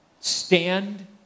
stand